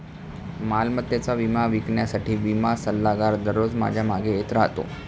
मालमत्तेचा विमा विकण्यासाठी विमा सल्लागार दररोज माझ्या मागे येत राहतो